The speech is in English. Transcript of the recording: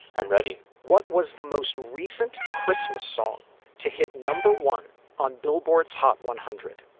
i'm ready what was the most recent christmas song to hit number one on billboard's hot one hundred?